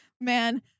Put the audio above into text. man